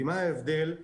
כי מה ההבדל אם